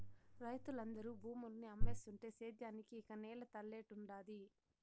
రైతులందరూ భూముల్ని అమ్మేస్తుంటే సేద్యానికి ఇక నేల తల్లేడుండాది